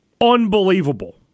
unbelievable